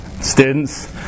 students